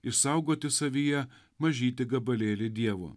išsaugoti savyje mažytį gabalėlį dievo